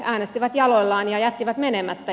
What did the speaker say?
äänestivät jaloillaan ja jättivät menemättä